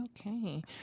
Okay